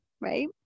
Right